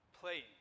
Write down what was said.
playing